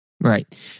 Right